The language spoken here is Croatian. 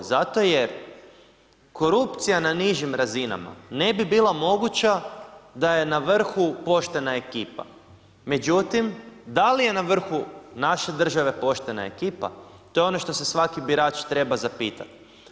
Zato jer korupcija na nižim razinama ne bi bila moguća da je na vrhu poštena ekipa međutim da li je na vrhu naše države poštena ekipa, to je ono što se svaki birač treba zapitati.